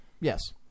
yes